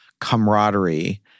camaraderie